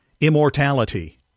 immortality